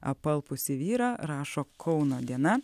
apalpusį vyrą rašo kauno diena